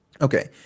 Okay